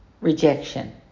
rejection